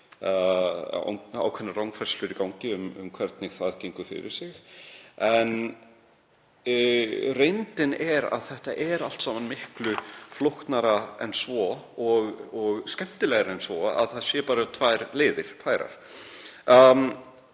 ákveðnar rangfærslur í gangi um hvernig það gengur fyrir sig. En reyndin er sú að þetta er allt saman miklu flóknara en svo og skemmtilegra en svo að það séu bara tvær leiðir færar.